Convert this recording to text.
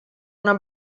una